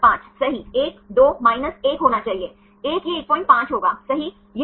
यह Rb है सही उदाहरण के लिए हमारे पास 2 परमाणु हैं सही